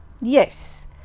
Yes